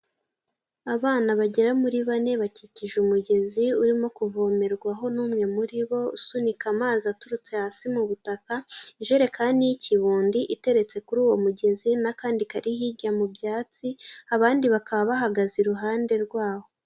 Abana bagera muri bane bakikije umugezi urimo kuvomerwaho n'umwe muri bo usunika amazi aturutse hasi mu butaka ijerekani y'ikibundi iteretse kuri uwo mugezi n'akandi kari hijya mu byatsi abandi bakaba bahagaze iruhande rwaho.